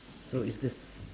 so it's the s~